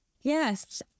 Yes